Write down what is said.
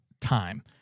time